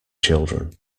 children